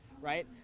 right